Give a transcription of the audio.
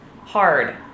hard